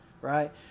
right